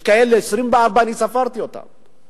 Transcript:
יש כאלה 24, אני ספרתי אותם.